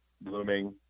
blooming